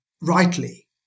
rightly